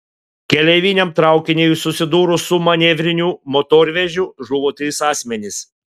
keleiviniam traukiniui susidūrus su manevriniu motorvežiu žuvo trys asmenys